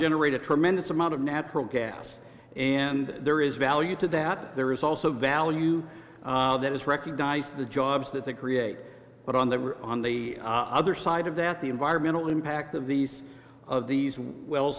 generate a tremendous amount of natural gas and there is value to that there is also value that is recognized the jobs that they create but on that we're on the other side of that the environmental impact of these of these well